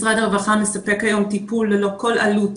משרד הרווחה מספק היום טיפול במרכזים אזוריים ללא כל עלות,